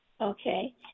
Okay